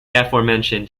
aforementioned